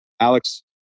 Alex